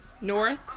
North